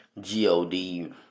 G-O-D